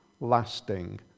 lasting